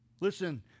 listen